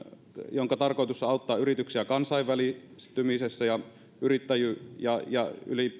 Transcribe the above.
jonka tarkoitus on auttaa yrityksiä kansainvälistymisessä ja ja